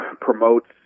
promotes